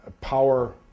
power